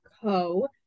co